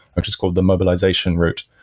which is called the mobilization route,